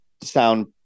sound